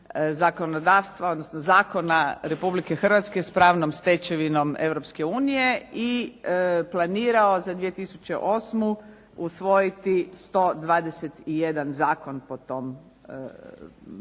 zakonodavstva, odnosno zakona Republike Hrvatske s pravnom stečevinom Europske unije i planirao za 2008. usvojiti 121 zakon po tom planu.